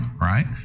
right